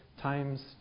times